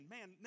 Man